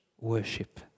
worship